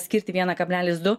skirti vieną kablelis du